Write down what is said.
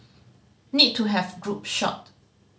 need to have group shot